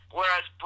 Whereas